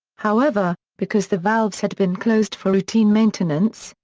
however, because the valves had been closed for routine maintenance,